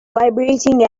vibrating